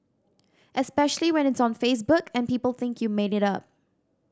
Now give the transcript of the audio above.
especially when it's on Facebook and people think you made it up